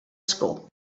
school